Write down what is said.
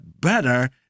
better